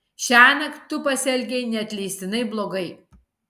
šiąnakt tu pasielgei neatleistinai blogai